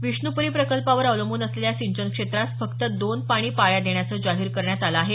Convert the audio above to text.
विष्णूपूरी प्रकल्पावर अवलंबून असलेल्या सिंचन क्षेत्रास फक्त दोन पाणी पाळ्या देण्याचं जाहीर करण्यात आलं आहे